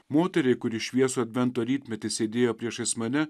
moteriai kuri šviesų advento rytmetį sėdėjo priešais mane